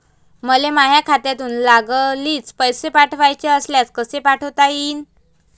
मले माह्या खात्यातून लागलीच पैसे पाठवाचे असल्यास कसे पाठोता यीन?